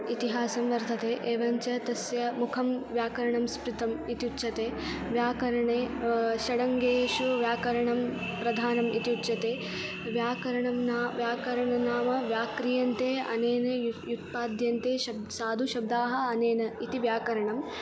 इतिहासंः वर्तते एवञ्च तस्य मुखं व्याकरणं स्मृतम् इति उच्यते व्याकरणे षडङ्गेषु व्याकरणं प्रधानम् इति उच्यते व्याकरणं ना व्याकरणं नाम व्याक्रियन्ते अनेन उत्पाद्यन्ते शब् साधु शब्दाः अनेन इति व्याकरणं